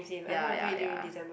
ya ya ya